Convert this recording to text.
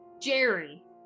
Jerry